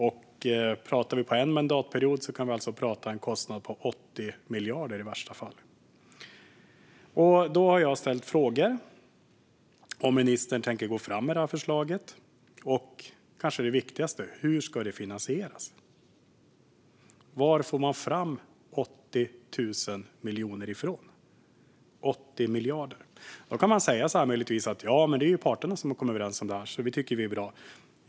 Under en mandatperiod kan det alltså i värsta fall bli en kostnad på 80 miljarder. Jag har ställt frågor om huruvida ministern tänker gå fram med det här förslaget och - kanske det viktigaste - hur det ska finansieras. Varifrån får man fram 80 000 miljoner, vilket är lika med 80 miljarder? Då kan man möjligtvis säga så här: Det är ju parterna som har kommit överens om detta, så vi tycker att det är bra.